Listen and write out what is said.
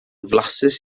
flasus